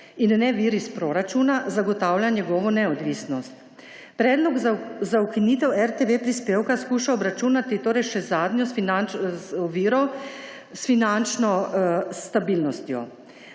in ne vir iz proračuna, zagotavlja njegovo neodvisnost. Predlo za ukinitev RTV prispevka skuša torej obračunati še z zadnjo oviro − s finančno stabilnostjo.